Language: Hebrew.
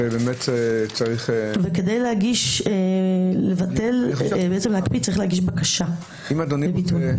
כדי להקפיא, צריך להגיש בקשה לביטול.